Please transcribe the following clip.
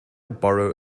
borrow